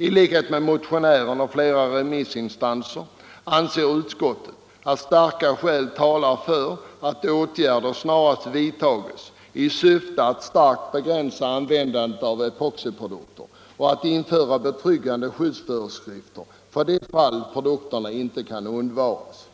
I likhet med motionären och flera remissinstanser anser utskottet att starka skäl talar för att åtgärder snarast vidtages i syfte att starkt begränsa användandet av epoxiprodukter och att införa betryggande skyddsföreskrifter för de fall produkterna inte kan undvaras.